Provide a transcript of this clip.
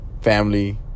family